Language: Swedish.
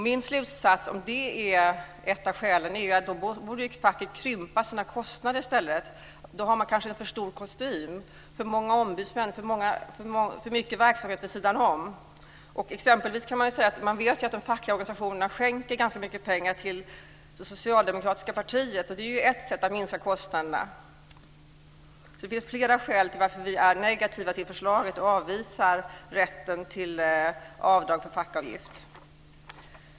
Min slutsats av det är att facket i stället borde krympa sina kostnader. Man har kanske en för stor kostym - för många ombudsmän och för mycket verksamhet vid sidan om. Det är t.ex. bekant att de fackliga organisationerna skänker ganska mycket pengar till det socialdemokratiska partiet. Här finns en möjlighet att minska kostnaderna. Vi har alltså flera skäl till att avvisa förslaget om avdragbar fackavgift.